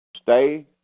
Stay